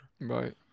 Right